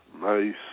Nice